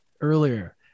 earlier